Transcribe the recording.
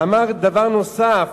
ואמר דבר נוסף: